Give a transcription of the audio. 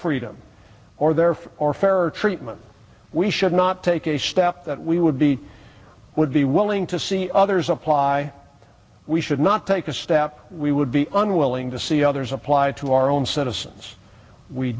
freedom or their for fairer treatment we should not take a step that we would be would be willing to see others apply we should not take a step we would be unwilling to see others apply to our own citizens we